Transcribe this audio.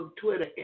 Twitter